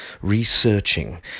researching